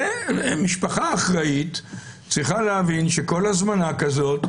משפחה אחראית צריכה להבין שכל הזמנה כזאת,